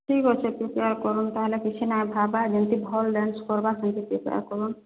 ଠିକ ଅଛି ତ ସେଆ କରୁନ୍ ତା'ହେଲେ କିଛି ନାହିଁ ଭାବ୍ବା ଯେମିତି ଭଲ୍ ଡ୍ୟାନ୍ସ କର୍ବା ସେମିତି ପ୍ରିପେୟାର କରୁନ୍